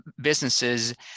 businesses